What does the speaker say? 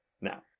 now